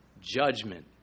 judgment